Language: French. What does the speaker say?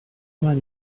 vingt